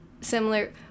similar